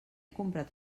comprat